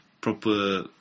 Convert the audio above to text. proper